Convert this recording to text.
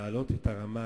להעלות את הרמה,